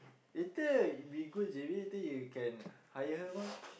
later we go J_B then you can hire her mah